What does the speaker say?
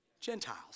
Gentiles